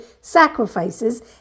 sacrifices